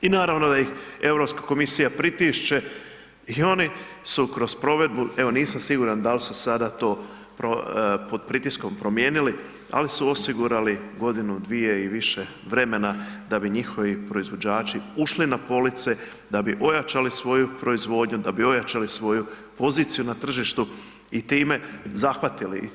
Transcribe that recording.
I naravno da ih Europska komisija pritišće i oni su kroz provedbu, evo nisam siguran dal su sada to pod pritiskom promijenili, ali su osigurali godinu, dvije i više vremena da bi njihovi proizvođači ušli na police, da bi ojačali svoju proizvodnju, da bi ojačali svoju poziciju na tržištu i time zahvatili.